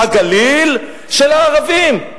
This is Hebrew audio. הגליל של הערבים.